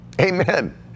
Amen